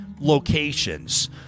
locations